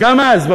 גם אז,